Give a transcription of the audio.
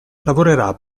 lavorerà